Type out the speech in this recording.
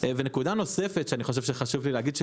נקודה נוספת שאני חושב שחשוב לי להגיד,